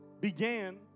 began